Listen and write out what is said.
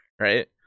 Right